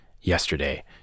yesterday